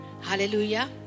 Hallelujah